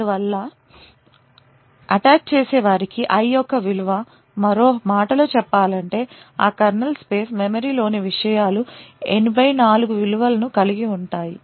అందువల్ల అటాక్చేసేవారికి i యొక్క విలువ మరో మాటలో చెప్పాలంటే ఆ కెర్నల్ స్పేస్ మెమరీలోని విషయాలు 84 విలువను కలిగి ఉంటాయి